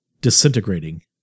disintegrating